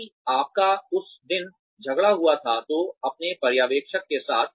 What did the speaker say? यदि आपका उस दिन झगड़ा हुआ था तो अपने पर्यवेक्षक के साथ